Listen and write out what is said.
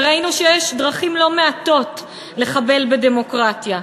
וראינו שיש דרכים לא מעטות לחבל בדמוקרטיה.